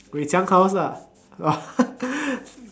Wei-Qiang course lah